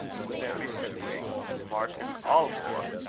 would then be simply martin awlbore.